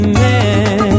man